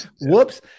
Whoops